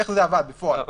איך זה עבד בפועל?